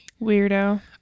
Weirdo